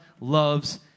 loves